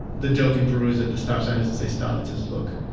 the joke in peru is that the stop sign doesn't say stop, it says look